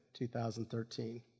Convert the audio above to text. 2013